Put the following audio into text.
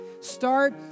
Start